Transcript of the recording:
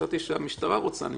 חשבתי שהמשטרה רוצה למשוך.